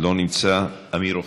לא נמצא, אמיר אוחנה,